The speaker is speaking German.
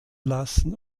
lassen